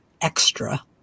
extra